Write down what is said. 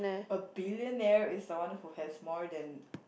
a billionaire is the one who has more than